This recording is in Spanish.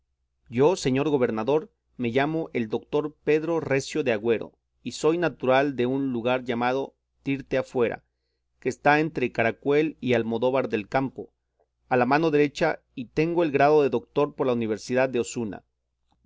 yo señor gobernador me llamo el doctor pedro recio de agüero y soy natural de un lugar llamado tirteafuera que está entre caracuel y almodóvar del campo a la mano derecha y tengo el grado de doctor por la universidad de osuna